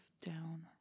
down